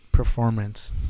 performance